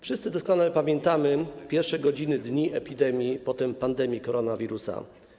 Wszyscy doskonale pamiętamy pierwsze godziny i dni epidemii, potem pandemii koronawirusa.